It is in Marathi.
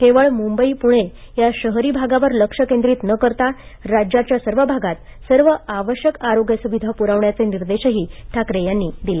केवळ मुंबई पुणे या शहरी भागावर लक्ष केंद्रीत न करता राज्याच्या सर्व भागात सर्व आवश्यक आरोग्य सुविधा पुरवण्याचे निर्देशही ठाकरे यांनी दिले